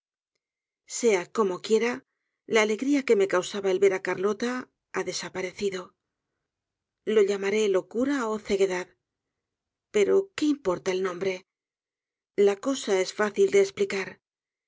sea como quiera la alegría q ue me causaba el ver á carlota ha desaparecido lo llamaré locura ó ceguedad pero que importa el nombre la cosa es fácil de esplicar